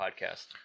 podcast